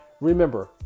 Remember